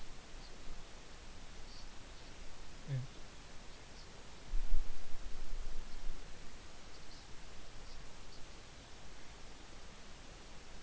mm